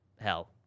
hell